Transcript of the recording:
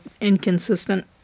inconsistent